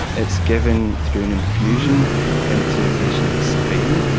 it's given through an infusion into a patient's vein,